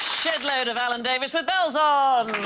shitload of allen davis with bells on